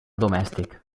domèstic